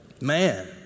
Man